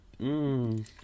mmm